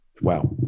wow